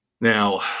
Now